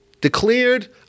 declared